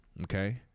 okay